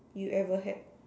you ever had